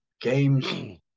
games